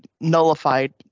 nullified